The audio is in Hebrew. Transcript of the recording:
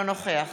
אינו נוכח